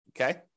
okay